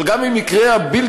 אבל גם אם יקרה הבלתי-אפשרי,